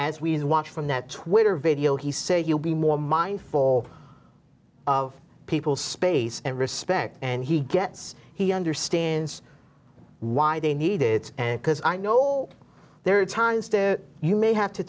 as we watch from that twitter video he said you'll be more mindful of people space and respect and he gets he understands why they need it and because i know there are tons to you may have to